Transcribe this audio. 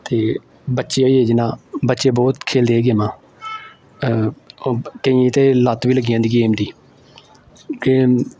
ते बच्चे होई गे जियां बच्चे बहुत खेलदे एह् गेमां केइयें ते लत्त बी लग्गी जंदी गेम दी गेम